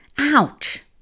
Ouch